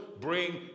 bring